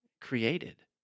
created